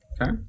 Okay